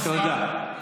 תודה.